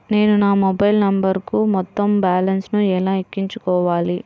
నేను నా మొబైల్ నంబరుకు మొత్తం బాలన్స్ ను ఎలా ఎక్కించుకోవాలి?